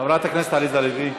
חברת הכנסת עליזה לביא.